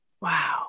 Wow